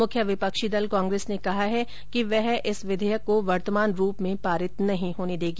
मुख्य विपक्षी दल कांग्रेस ने कहा है कि वह इस विधेयक को वर्तमान रूप में पारित नहीं होने देगी